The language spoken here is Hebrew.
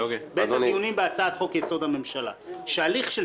בעת הדיונים בהצעת חוק-יסוד: הממשלה; הליך של